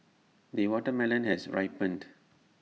the watermelon has ripened